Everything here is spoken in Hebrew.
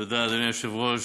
תודה, אדוני היושב-ראש,